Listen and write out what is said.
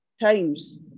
times